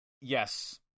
Yes